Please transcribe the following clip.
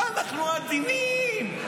אנחנו עדינים,